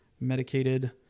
medicated